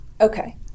Okay